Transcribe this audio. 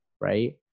Right